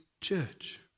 church